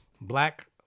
Black